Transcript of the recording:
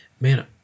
man